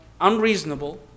unreasonable